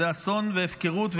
שזה אסון והפקרות ואנטי-רציונליות,